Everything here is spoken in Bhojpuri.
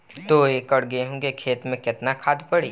दो एकड़ गेहूँ के खेत मे केतना खाद पड़ी?